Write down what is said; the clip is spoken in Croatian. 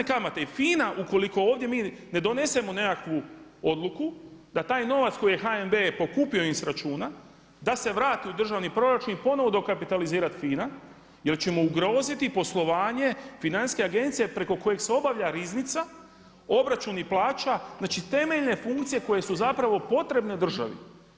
I FINA ukoliko ovdje mi ne donesemo nekakvu odluku da taj novac koji je HNB pokupio im s računa da se vrati u državni proračun, ponovno dokapitalizira FINA jer ćemo ugroziti poslovanje Financijske agencije preko koje se obavlja Riznica, obračuni plaća, znači temeljne funkcije koje su zapravo potrebne državi.